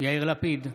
יאיר לפיד,